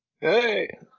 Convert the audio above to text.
Hey